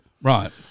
Right